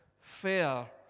fair